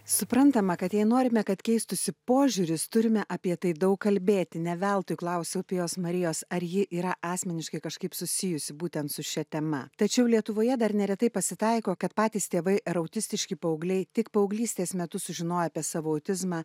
suprantama kad jei norime kad keistųsi požiūris turime apie tai daug kalbėti ne veltui klausiau pijos marijos ar ji yra asmeniškai kažkaip susijusi būtent su šia tema tačiau lietuvoje dar neretai pasitaiko kad patys tėvai ar autistiški paaugliai tik paauglystės metu sužinoję apie savo autizmą